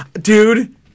Dude